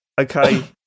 okay